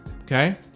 Okay